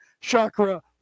chakra